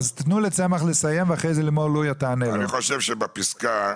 אני חושב שבפסקה,